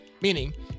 Meaning